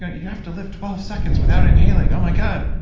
you have to live twelve seconds without inhaling. oh my god.